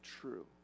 true